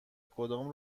کدام